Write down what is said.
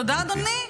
תודה, אדוני.